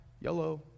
Yellow